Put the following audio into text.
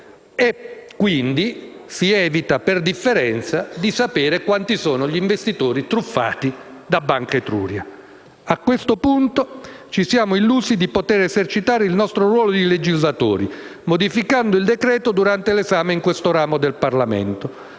e quindi si evita, per differenza, di sapere quanti sono gli investitori truffati da Banca Etruria. A questo punto ci siamo illusi di poter esercitare il nostro ruolo di legislatori, modificando il decreto durante l'esame in questo ramo del Parlamento,